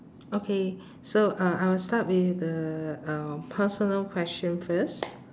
okay so uh I will start with the um personal question first